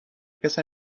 because